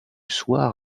soir